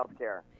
healthcare